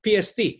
PST